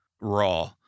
raw